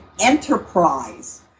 enterprise